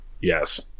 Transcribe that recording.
Yes